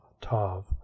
tav